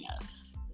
yes